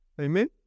Amen